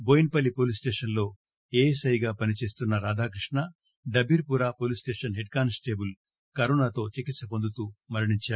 బోయిన్ పల్లి police station లో ASI గా పని చేస్తున్న Radhakrishna Dabirpura police station head constable కరోనాతో చికిత్ప పొందుతూ మరణించారు